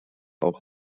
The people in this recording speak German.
auch